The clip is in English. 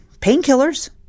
painkillers